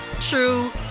true